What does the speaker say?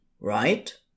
right